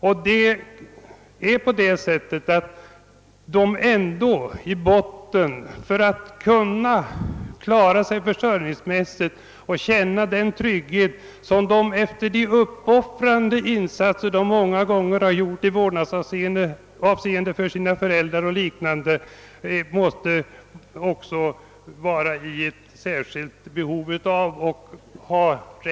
Men de är i behov av en bottentrygghet, och de har verkligen rätt att kräva en sådan efter de många gånger uppoffrande insatser som de gjort för vårdnaden av föräldrar och andra närstående.